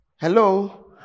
Hello